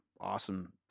Awesome